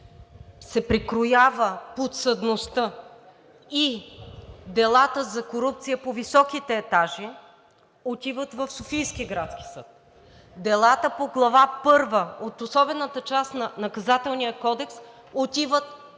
се прекроява подсъдността и делата за корупция по високите етажи отиват в Софийския градски съд. Делата по Глава I от особената част на Наказателния кодекс отиват